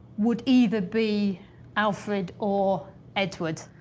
would either be alfred or edward.